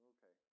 Okay